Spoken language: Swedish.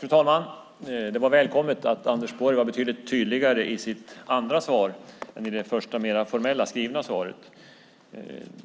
Fru talman! Det var välkommet att Anders Borg var betydligt tydligare i sitt andra inlägg än i det första när han läste upp det skrivna mer formella svaret.